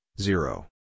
zero